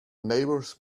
neighbors